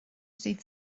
dydd